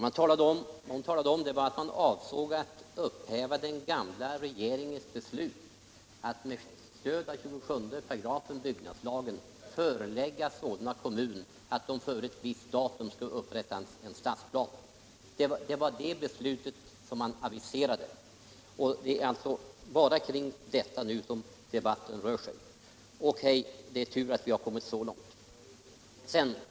Vad fru Olsson talade om var att man avsåg att upphäva den gamla regeringens beslut att med stöd av 27 § byggnadslagen förelägga Solna kommun att före ett visst datum upprätta en stadsplan. Det var det beslutet som aviserades. Det är alltså bara kring detta som debatten nu rör sig. O. K. Det är tur att vi har kommit så långt.